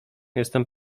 jestem